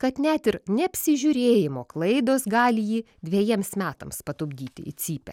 kad net ir neapsižiūrėjimo klaidos gali jį dvejiems metams patupdyti į cypę